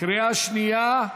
קריאה שנייה.